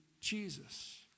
Jesus